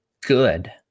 good